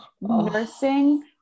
Nursing